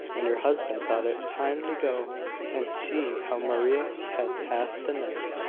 and her husband thought it time to go and see how maria had passed the night,